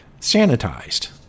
sanitized